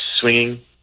swinging